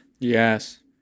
Yes